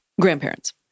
Grandparents